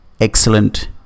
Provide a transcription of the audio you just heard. excellent